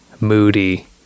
moody